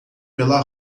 pela